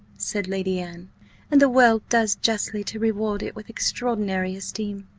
said lady anne and the world does justly to reward it with extraordinary esteem.